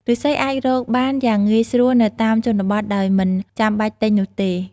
ឬស្សីអាចរកបានយ៉ាងងាយស្រួលនៅតាមជនបទដោយមិនចាំបាច់ទិញនោះទេ។